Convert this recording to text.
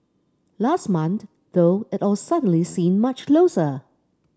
last month though it all suddenly seemed much closer